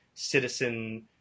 citizen